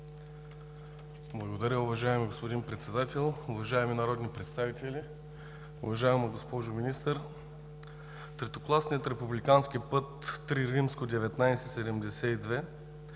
Благодаря, уважаеми господин Председател. Уважаеми народни представители, уважаема госпожо Министър! Третокласният републикански път ІІІ-1972